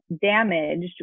damaged